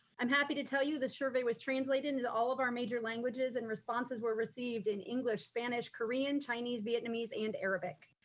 i'm happy to tell you the survey was translated into all of our major languages, and responses were received in english, spanish, korean, chinese, vietnamese and arabic.